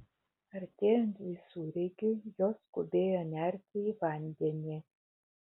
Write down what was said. artėjant visureigiui jos skubėjo nerti į vandenį